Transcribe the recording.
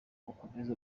ukomeze